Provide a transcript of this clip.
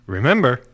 Remember